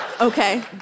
Okay